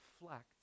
reflect